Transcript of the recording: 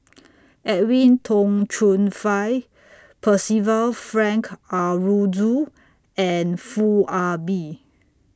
Edwin Tong Chun Fai Percival Frank Aroozoo and Foo Ah Bee